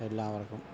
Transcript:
എല്ലാവർക്കും